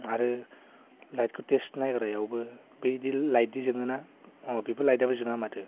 आरो लाइटखौ टेस्ट नायग्रायावबो बै दि लाइट दि जोङोना औ बेबो लाइटआबो जोङा माथो